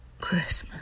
Christmas